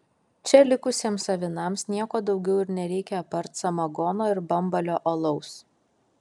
čia likusiems avinams nieko daugiau ir nereikia apart samagono ir bambalio alaus